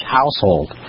household